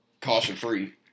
Caution-free